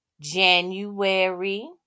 January